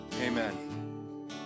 Amen